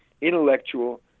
intellectual